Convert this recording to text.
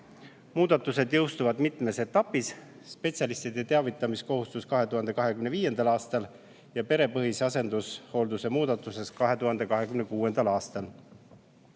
Muudatused jõustuvad mitmes etapis: spetsialistide teavitamiskohustus jõustub 2025. aastal ja perepõhise asendushoolduse muudatus jõustub 2026. aastal.